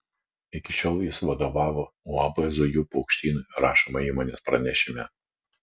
iki šiol jis vadovavo uab zujų paukštynui rašoma įmonės pranešime